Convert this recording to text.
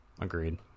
agreed